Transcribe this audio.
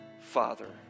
Father